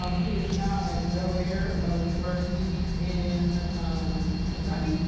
um he is now at bel air ah university in kentucky,